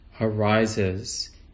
arises